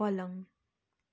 पलङ